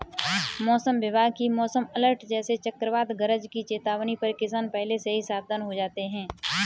मौसम विभाग की मौसम अलर्ट जैसे चक्रवात गरज की चेतावनी पर किसान पहले से ही सावधान हो जाते हैं